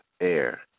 air